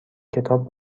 کتاب